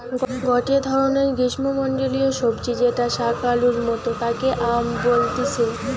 গটে ধরণের গ্রীষ্মমন্ডলীয় সবজি যেটা শাকালুর মতো তাকে য়াম বলতিছে